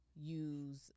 use